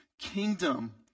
kingdom